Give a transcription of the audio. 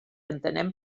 entenem